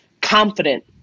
confident